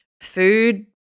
food